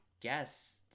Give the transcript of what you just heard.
guess